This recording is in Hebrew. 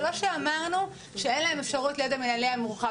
זה לא שאמרנו שאין להם אפשרות להיות במינהלי המורחב.